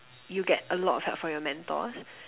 you get a lot of help from your mentors